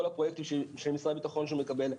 הפרויקטים של משרד הביטחון שהוא מקבל,